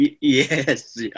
yes